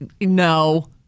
no